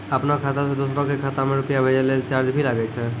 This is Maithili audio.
आपनों खाता सें दोसरो के खाता मे रुपैया भेजै लेल चार्ज भी लागै छै?